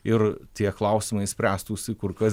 ir tie klausimai spręstųsi kur kas